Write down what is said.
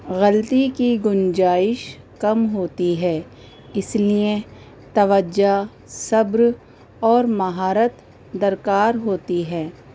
غلطی کی گنجائش کم ہوتی ہے اس لیے توجہ صبر اور مہارت درکار ہوتی ہے